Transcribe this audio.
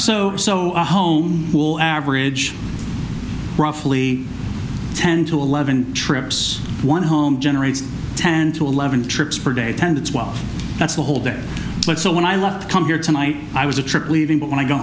so so a home rule average roughly ten to eleven trips one home generates ten to eleven trips per day ten to twelve that's the whole day but so when i left come here tonight i was a trip leaving but when i go